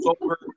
over